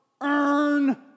Earn